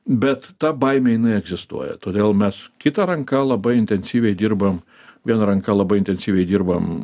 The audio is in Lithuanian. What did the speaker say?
bet ta baimė jinai egzistuoja todėl mes kita ranka labai intensyviai dirbam viena ranka labai intensyviai dirbam